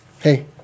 Hey